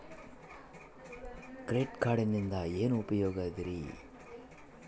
Credit ಕಾರ್ಡಿನಿಂದ ಏನು ಉಪಯೋಗದರಿ?